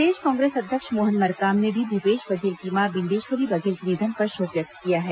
प्रदेश कांग्रेस अध्यक्ष मोहन मरकाम ने भी भूपेश बघेल की मां बिंदेश्वरी बघेल के निधन पर शोक व्यक्त किया है